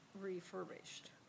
refurbished